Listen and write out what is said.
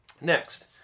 Next